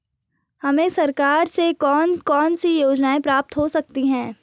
हमें सरकार से कौन कौनसी योजनाएँ प्राप्त हो सकती हैं?